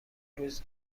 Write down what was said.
روز